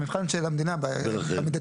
המבחן של המדינה במידתיות,